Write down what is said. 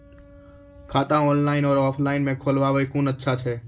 खाता ऑनलाइन और ऑफलाइन म खोलवाय कुन अच्छा छै?